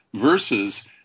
versus